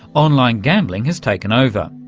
online gambling has taken over,